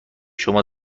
شما